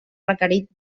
requerit